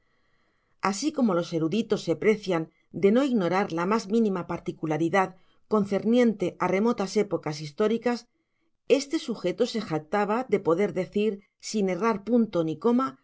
así como los eruditos se precian de no ignorar la más mínima particularidad concerniente a remotas épocas históricas este sujeto se jactaba de poder decir sin errar punto ni coma